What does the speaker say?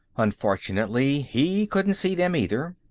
unfortunately, he couldn't see them either.